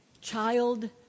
child